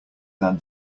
than